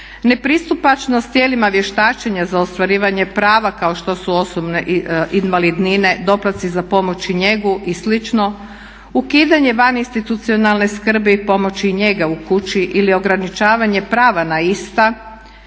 nepristupačnost tijelima vještačenja za ostvarivanje prava kao što su osobne invalidnine, doplatci za pomoć i njegu i slično, ukidanja vaninstitucionalne skrbi, pomoći i njega u kući ili ograničavanje prava na ista